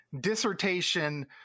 dissertation